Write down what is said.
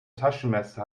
taschenmesser